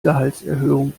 gehaltserhöhung